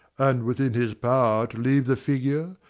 and within his power to leave the figure,